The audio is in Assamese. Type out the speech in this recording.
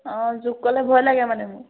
অঁ জোক ক'লে ভয় লাগে মানে মোৰ